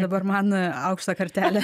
dabar man aukštą kartelę